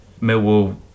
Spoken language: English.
Millwall